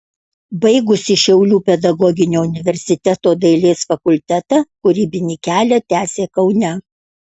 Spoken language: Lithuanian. baigusi šiaulių pedagoginio universiteto dailės fakultetą kūrybinį kelią tęsė kaune